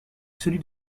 celui